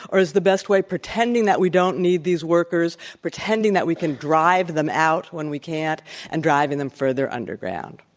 or is the best way pretending that we don't need these workers, pretending that we can drive them out when we can't and driving them further underground?